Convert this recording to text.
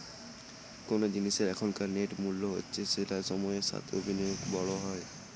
কোন জিনিসের এখনকার নেট মূল্য হচ্ছে যেটা সময়ের সাথে ও বিনিয়োগে বড়ো হয়